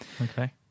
Okay